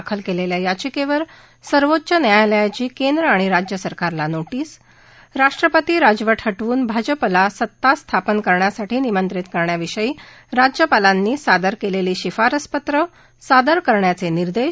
दाखल केलेल्या याचिकेवर सर्वोच्च न्यायालयाची केंद्र आणि राज्य सरकारला नोोिझि राष्ट्रपती राजव हव्नि भाजपाला सत्ता स्थापन करण्यासाठी निमंत्रित करण्याविषयी राज्यपालांनी सादर केलेली शिफारसपत्रं सादर करण्याचे निर्देश